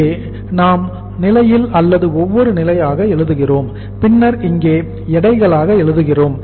இங்கே நாம் நிலையில் அல்லது ஒவ்வொரு நிலையாக எழுதுகிறோம் பின்னர் இங்கே எடைகளாக எழுதுகிறோம்